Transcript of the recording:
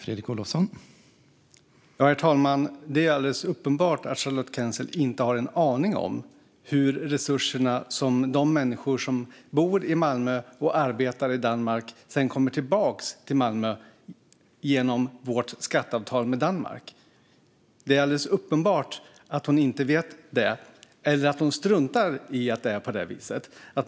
Herr talman! Det är alldeles uppenbart att Charlotte Quensel inte har en aning om hur resurserna när det gäller de människor som bor i Malmö och arbetar i Danmark sedan kommer tillbaka till Malmö genom vårt skatteavtal med Danmark. Det är alldeles uppenbart att hon antingen inte vet detta eller struntar i att det är på det viset.